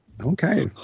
Okay